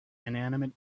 inanimate